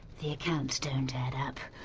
the accounts don't add up!